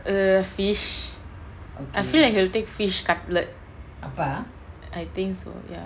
err fish I feel like he will take fish cutlet I think so ya